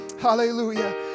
Hallelujah